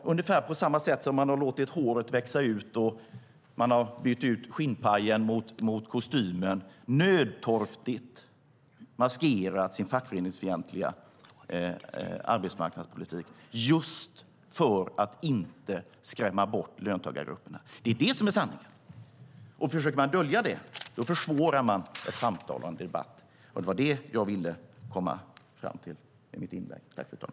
Ungefär på samma sätt som man har låtit håret växa ut och har bytt ut skinnpajen mot kostymen har man nödtorftigt maskerat sin fackföreningsfientliga arbetsmarknadspolitik, just för att inte skrämma bort löntagargrupperna. Det är sanningen! Försöker man dölja det försvårar man ett samtal och en debatt, och det var det jag ville komma fram till i mitt inlägg.